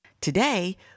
Today